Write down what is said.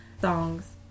songs